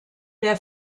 der